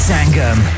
Sangam